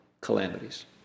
calamities